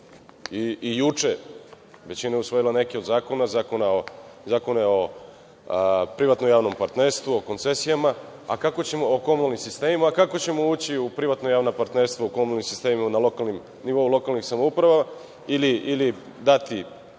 i juče većina usvojila neke od zakona, kao npr. Zakon o privatnom-javnom partnerstvu, koncesijama, o komunalnim sistemima, a kako ćemo ući u privatna-javna partnerstva u komunalnim sistemima na nivou lokalnih samouprava, ili dati